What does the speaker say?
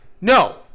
No